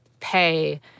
pay